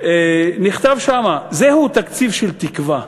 נכתב שם, זהו תקציב של תקווה.